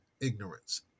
ignorance